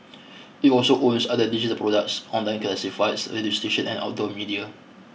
it also owns other digital products online classifieds radio stations and outdoor media